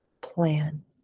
plan